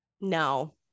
no